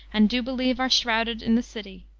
and do believe are shrouded in the city.